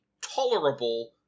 tolerable